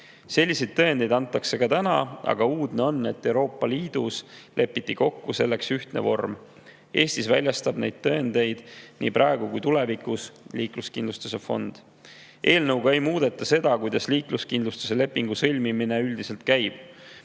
Selliseid tõendeid antakse ka täna, aga uudne on see, et Euroopa Liidus lepiti selleks kokku ühtne vorm. Eestis väljastab neid tõendeid nii praegu kui ka tulevikus liikluskindlustuse fond. Eelnõuga ei muudeta seda, kuidas liikluskindlustuse lepingu sõlmimine üldiselt käib.